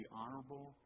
honorable